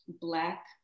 Black